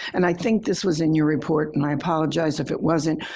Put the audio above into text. and i think this was in your report, and i apologize if it wasn't.